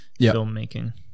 filmmaking